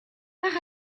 par